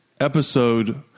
episode